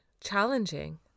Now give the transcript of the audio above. challenging